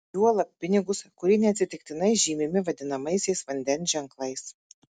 juolab pinigus kurie neatsitiktinai žymimi vadinamaisiais vandens ženklais